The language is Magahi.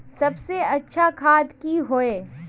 सबसे अच्छा खाद की होय?